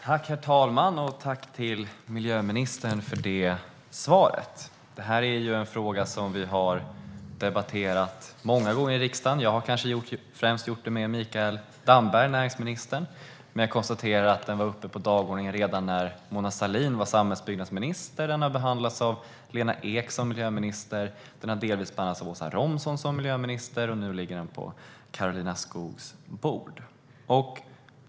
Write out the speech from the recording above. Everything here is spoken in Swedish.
Herr talman! Tack, miljöministern, för svaret! Denna fråga har vi debatterat många gånger i riksdagen. Jag har kanske främst gjort det med näringsminister Mikael Damberg, men jag kan konstatera att den var uppe på dagordningen redan när Mona Sahlin var samhällsbyggnadsminister. Den har också behandlats när Lena Ek var miljöminister. Den har delvis behandlats när Åsa Romson var miljöminister, och nu ligger den på Karolina Skogs bord.